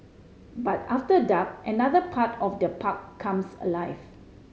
but after dark another part of the park comes alive